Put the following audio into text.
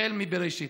החל מבראשית.